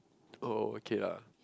oh okay lah